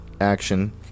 action